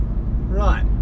Right